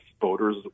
voters